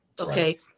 okay